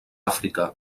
àfrica